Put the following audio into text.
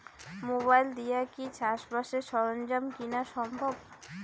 Mobile দিয়া কি চাষবাসের সরঞ্জাম কিনা সম্ভব?